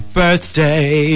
birthday